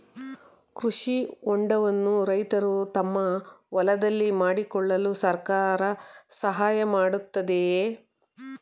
ಕೃಷಿ ಹೊಂಡವನ್ನು ರೈತರು ತಮ್ಮ ಹೊಲದಲ್ಲಿ ಮಾಡಿಕೊಳ್ಳಲು ಸರ್ಕಾರ ಸಹಾಯ ಮಾಡುತ್ತಿದೆಯೇ?